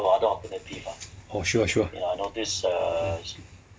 oh sure sure